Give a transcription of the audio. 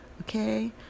Okay